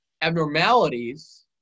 abnormalities